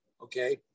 okay